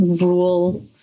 rule